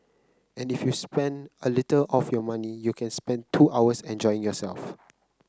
and if you spend a little of your money you can spend two hours enjoying yourself